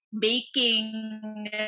baking